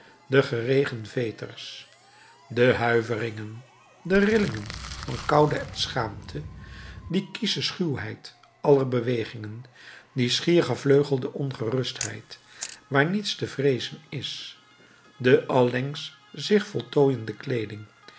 de geregen veters de huiveringen de rillingen van koude en schaamte die kiesche schuwheid aller bewegingen die schier gevleugelde ongerustheid waar niets te vreezen is de allengs zich voltooiende kleeding